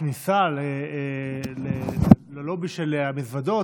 בכניסה ללובי של המזוודות,